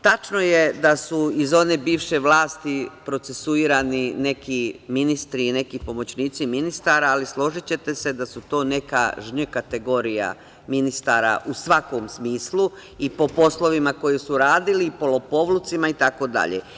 Tačno je da su iz one bivše vlasti procesuirani neki ministri i neki pomoćnici ministara, ali složićete se da su to teka „žnj“ kategorija ministara u svakom smislu i po poslovima koji su radili i po lopovlucima itd.